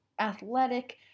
athletic